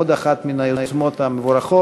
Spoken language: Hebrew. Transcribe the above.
עוד אחת מן היוזמות המבורכות.